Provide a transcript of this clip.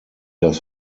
das